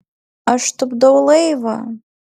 aš tupdau laivą